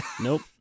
Nope